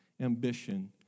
ambition